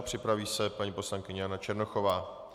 Připraví se paní poslankyně Jana Černochová.